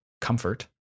comfort